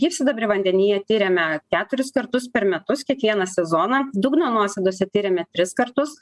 gyvsidabrį vandenyje tiriame keturis kartus per metus kiekvieną sezoną dugno nuosėdose tiriame tris kartus